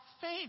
faith